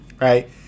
right